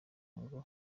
ngo